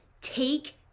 take